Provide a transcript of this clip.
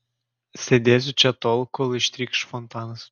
sėdėsiu čia tol kol ištrykš fontanas